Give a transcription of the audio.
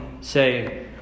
say